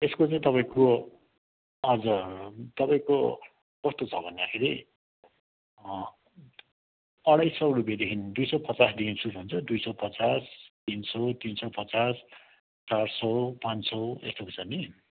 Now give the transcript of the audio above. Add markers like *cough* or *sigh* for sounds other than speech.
यसको चाहिँ तपाईँको आज तपाईँको कस्तो छ भन्दाखेरि अढाई सय रुपियाँदेखिन् दुई सय पचासदेखिन् सुरु हुन्छ दुई सय पचास तिन सय तिन सय पचास चार सय पाँच सय *unintelligible* नि